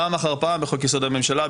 פעם אחר פעם בחוק-יסוד: הממשלה,